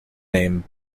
name